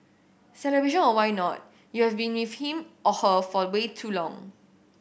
celebration or why not you have been with him or her for way too long